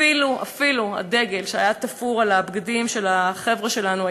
אפילו הדגל שהיה תפור על הבגדים של החבר'ה שלנו,